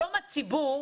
היום הציבור